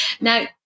now